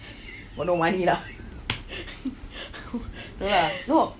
got no money lah ya lor